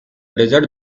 desert